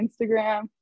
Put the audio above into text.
Instagram